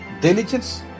diligence